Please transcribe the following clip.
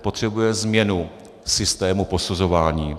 Potřebuje změnu, změnu systému posuzování.